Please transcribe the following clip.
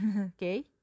Okay